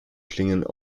klingen